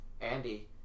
Andy